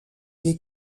des